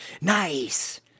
Nice